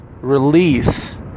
release